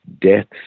deaths